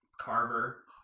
Carver